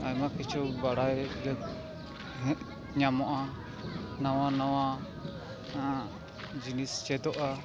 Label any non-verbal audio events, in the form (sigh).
ᱟᱭᱢᱟ ᱠᱤᱪᱷᱩ ᱵᱟᱲᱟᱭ (unintelligible) ᱧᱟᱢᱚᱜᱼᱟ ᱱᱟᱣᱟ ᱱᱟᱣᱟ ᱡᱤᱱᱤᱥ ᱪᱮᱫᱚᱜᱼᱟ